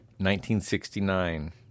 1969